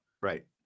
Right